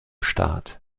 start